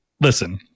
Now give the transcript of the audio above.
Listen